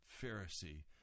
Pharisee